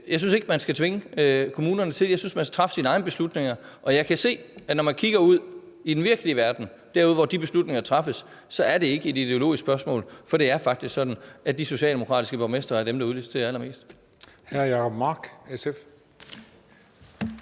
jeg ikke synes, man skal tvinge kommunerne til det. Jeg synes, kommunerne skal træffe deres egne beslutninger, og jeg kan se, at når man kigger ud i den virkelige verden, derude, hvor de beslutninger træffes, så er det ikke et ideologisk spørgsmål, for det er faktisk sådan, at de socialdemokratiske borgmestre er dem, der udliciterer allermest.